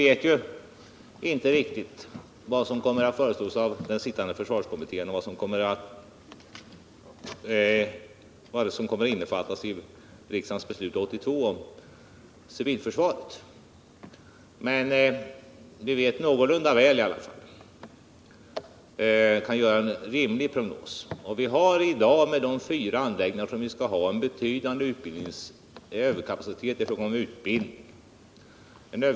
Vi vet inte riktigt vad som kommer att föreslås av den sittande försvarskommittén och vad riksdagens beslut 1982 om civilförsvaret kommer att innehålla, men vi kan göra en rimlig prognos. Med de fyra anläggningar som skall finnas har vi en betydande överkapacitet inom utbildningen.